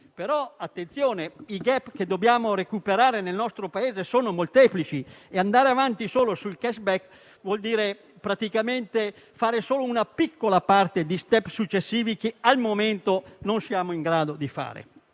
attenzione perché i *gap* che dobbiamo recuperare nel nostro Paese sono molteplici e andare avanti solo sul *cashback* vuol dire fare solo una piccola parte di *step* successivi che al momento non siamo in grado di fare.